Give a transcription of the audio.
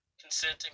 consenting